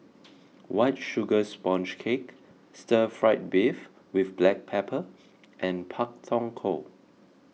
White Sugar Sponge Cake Stir Fried Beef with Black Pepper and Pak Thong Ko